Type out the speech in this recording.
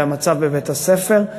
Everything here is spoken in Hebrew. והמצב בבית-הספר,